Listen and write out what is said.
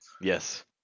Yes